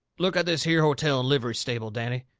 look at this here hotel and livery stable, danny.